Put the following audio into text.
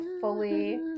fully